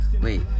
wait